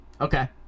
Okay